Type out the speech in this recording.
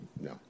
no